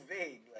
vague